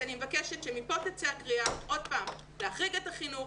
אני מבקשת שמכאן תצא הקריאה להחריג את החינוך,